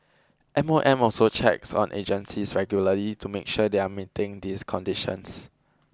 M O M also checks on agencies regularly to make sure they are meeting these conditions